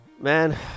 Man